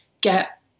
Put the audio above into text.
get